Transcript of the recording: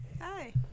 Hi